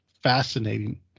Fascinating